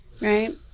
right